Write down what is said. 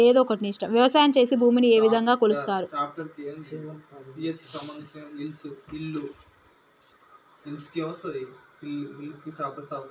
వ్యవసాయం చేసి భూమిని ఏ విధంగా కొలుస్తారు?